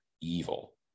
evil